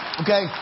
Okay